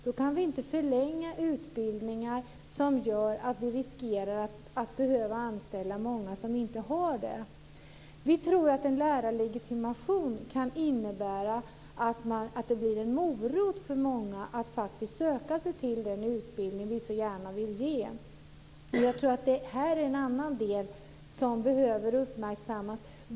Vi kan inte förlänga utbildningar och därigenom riskera att behöva anställa många som inte har utbildning. Vi tror att en lärarlegitimation kan innebära en morot för många att söka sig till den utbildning som vi så gärna vill ge. Jag tror att också detta behöver uppmärksammas.